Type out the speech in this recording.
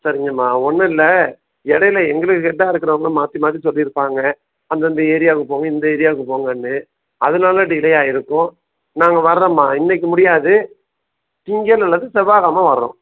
சரிங்கம்மா ஒன்றும் இல்லை இடையில எங்களுக்கு ஹெட்டாக இருக்கிறவங்க மாற்றி மாற்றி சொல்லி இருப்பாங்க அந்தந்த ஏரியாவுக்கு போங்க இந்த ஏரியாவுக்கு போங்கன்னு அதனால டிலே ஆயிருக்கும் நாங்கள் வர்றேம்மா இன்னைக்கு முடியாது திங்கள் அல்லது செவ்வாக்கிழம வர்றோம்